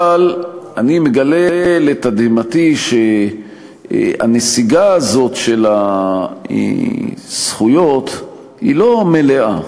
אבל אני מגלה לתדהמתי שהנסיגה הזאת של הזכויות היא לא מלאה,